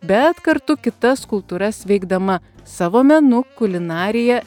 bet kartu kitas kultūras veikdama savo menu kulinarija